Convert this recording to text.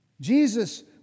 Jesus